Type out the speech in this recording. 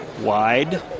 Wide